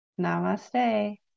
Namaste